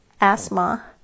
asthma